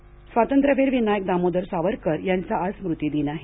सावरकर स्वातंत्र्यवीर विनायक दामोदर सावरकर यांचा आज स्मृतिदिन आहे